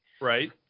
Right